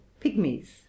pygmies